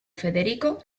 federico